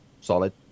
solid